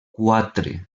quatre